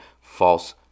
false